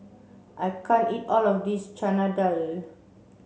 I can't eat all of this Chana Dal